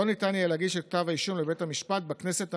לא ניתן יהיה להגיש את כתב האישום לבית המשפט בכנסת הנוכחית.